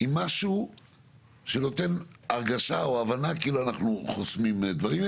עם משהו שנותן הרגשה או הבנה כאילו אנחנו חוסמים דברים,